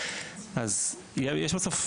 אז יש בסוף,